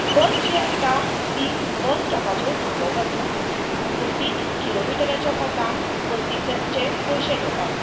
बस जी आसता ती बस स्टॉपाचेर थांबोवप आसता बसींत किलोमिटरांच्या कोतान बसीच्या चें पयशें घेतात